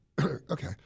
Okay